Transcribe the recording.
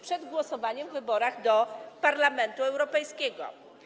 Przed głosowaniem w wyborach do Parlamentu Europejskiego.